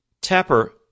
Tapper